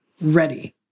ready